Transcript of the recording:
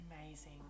Amazing